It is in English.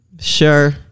Sure